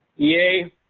yay.